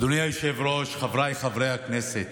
אדוני היושב-ראש, חבריי חברי הכנסת,